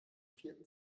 vierten